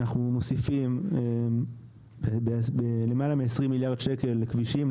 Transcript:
אנחנו מוסיפים למעלה מ-20 מיליארד שקל לכבישים,